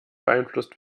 beeinflusst